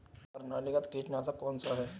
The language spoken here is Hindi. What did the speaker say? प्रणालीगत कीटनाशक कौन सा है?